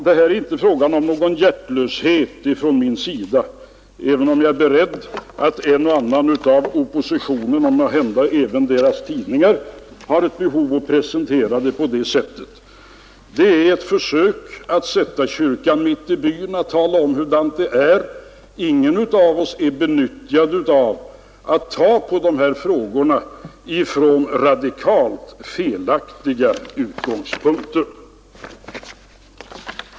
Det är här inte fråga om någon hjärtlöshet från min sida, även om jag är beredd på att en och annan av oppositionens företrädare, och måhända även dess tidningar, har ett behov av att presentera mitt uttalande på det sättet. Det är ett försök att sätta kyrkan mitt i byn, att tala om hurudant det är. Ingen av oss är betjänt av att ta på dessa frågor från radikalt felaktiga utgångspunkter.